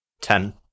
Ten